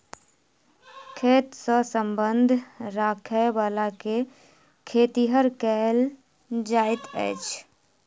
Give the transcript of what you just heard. खेत सॅ संबंध राखयबला के खेतिहर कहल जाइत अछि